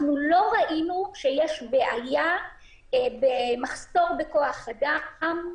אנחנו לא ראינו שיש בעיה של מחסור בכוח אדם.